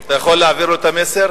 אתה יכול להעביר לו את המסר?